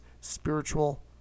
spiritual